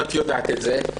את יודעת את זה.